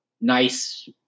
nice